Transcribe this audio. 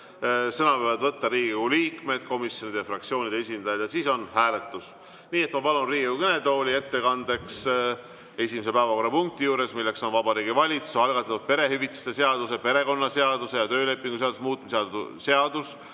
sõna võivad võtta Riigikogu liikmed, komisjonide ja fraktsioonide esindajad. Ja siis on hääletus. Nii et ma palun Riigikogu kõnetooli ettekandjaks esimese päevakorrapunkti juures, mis on Vabariigi Valitsuse algatatud perehüvitiste seaduse, perekonnaseaduse ja töölepingu seaduse muutmise seaduse